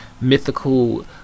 mythical